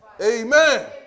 Amen